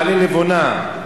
מעלה-לבונה,